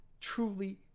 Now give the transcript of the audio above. truly